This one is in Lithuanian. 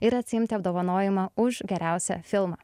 ir atsiimti apdovanojimą už geriausią filmą